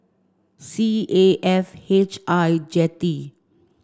C A F H I Jetty